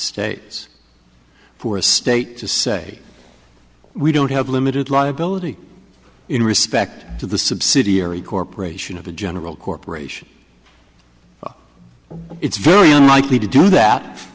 states who are a state to say we don't have limited liability in respect to the subsidiary corporation of a general corporation it's very unlikely to do that